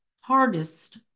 hardest